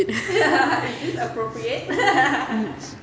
mm